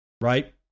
right